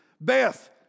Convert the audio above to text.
Beth